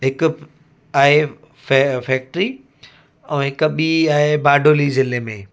हिकु आहे फै फैक्ट्री ऐं हिकु ॿीं आहे बाडोली ज़िले में